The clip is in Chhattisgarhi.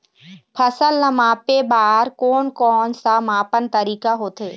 फसल ला मापे बार कोन कौन सा मापन तरीका होथे?